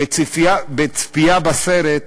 בצפייה בסרט,